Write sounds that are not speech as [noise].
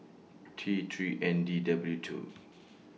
T three N D W two [noise]